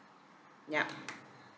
yup